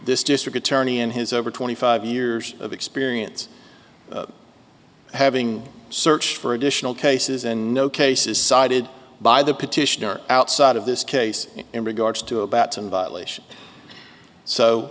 this district attorney in his over twenty five years of experience having searched for additional cases and no cases cited by the petitioner outside of this case in regards to